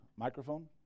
Microphone